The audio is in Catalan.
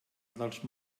dels